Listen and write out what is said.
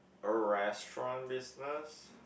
a restaurant business